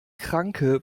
kranke